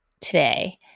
today